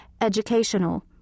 educational